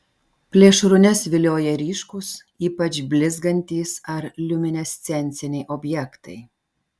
plėšrūnes vilioja ryškūs ypač blizgantys ar liuminescenciniai objektai